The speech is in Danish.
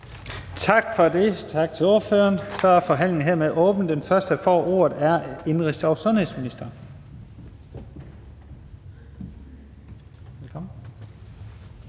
Tak for det til ordføreren. Forhandlingen er hermed åbnet. Den første, der får ordet, er indenrigs- og sundhedsministeren. Velkommen.